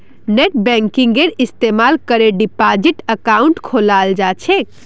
नेटबैंकिंगेर इस्तमाल करे डिपाजिट अकाउंट खोलाल जा छेक